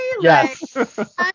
Yes